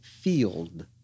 field